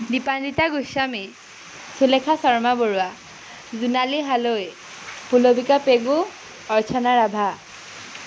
Dipanita Goswami Sulekha Sarma Baruah Jonali Haloi Pulbika Pegu Archana Rabha